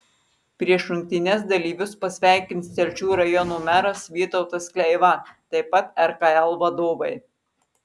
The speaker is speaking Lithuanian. prieš rungtynes dalyvius pasveikins telšių rajono meras vytautas kleiva taip pat rkl vadovai